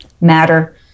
matter